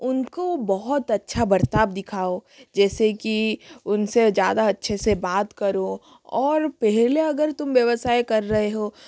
उनको बहुत अच्छा बर्ताव दिखाओ जैसे कि उनसे ज़्यादा अच्छे से बात करो और पहले अगर तुम व्यवसाय कर रहे हो